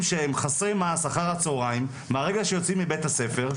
שהם חסרי מעש אחר הצוהריים מהרגע שיוצאים מבית הספר,